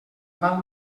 val